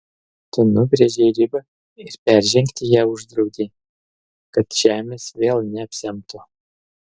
tu nubrėžei ribą ir peržengti ją uždraudei kad žemės vėl neapsemtų